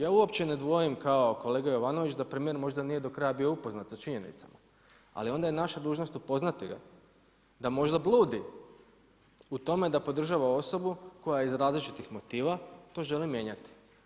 Ja uopće ne dvojim kao kolega Jovanović da premijer možda nije do kraja bio upoznat sa činjenicama, ali onda je naša dužnost upoznati ga da možda bludi u tome da podržava osobu koja je iz različitih motiva, to želim mijenjati.